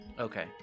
Okay